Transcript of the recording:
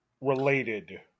related